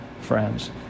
friends